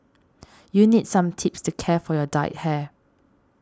you need some tips to care for your dyed hair